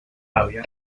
había